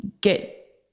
get